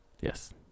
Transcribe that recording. Yes